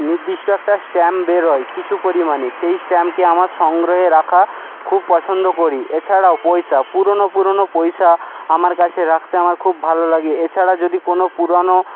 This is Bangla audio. নির্দিষ্ট একটা স্ট্যাম্প বেরোয় কিছু পরিমাণে সেই স্ট্যাম্পকে আমার সংগ্রহে রাখা খুব পছন্দ করি এছাড়াও পয়সা পুরোনো পুরোনো পয়সা আমার কাছে রাখতে আমার খুব ভালো লাগে এছাড়া যদি কোনো পুরানো